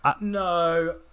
no